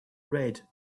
red